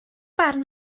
barn